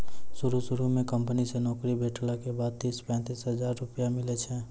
शुरू शुरू म कंपनी से नौकरी भेटला के बाद तीस पैंतीस हजार रुपिया मिलै छै